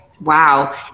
Wow